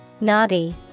Naughty